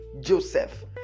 Joseph